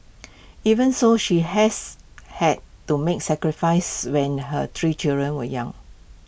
even so she has had to make sacrifices when her three children were young